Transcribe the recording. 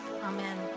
amen